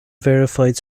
verified